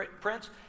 prince